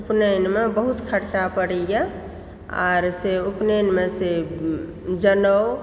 उपनयनमे बहुत खर्चा पड़ैया आर से उपनयनमे से जनउ